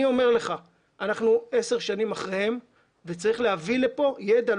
אני אומר לך שאנחנו 10 שנים אחריהם וצריך להביא לכאן ידע.